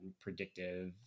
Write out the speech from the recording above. predictive